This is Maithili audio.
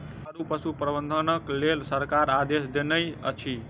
दुधारू पशु प्रबंधनक लेल सरकार आदेश देनै अछि